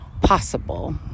possible